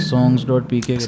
Songs.pk